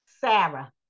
Sarah